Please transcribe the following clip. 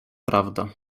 prawda